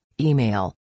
email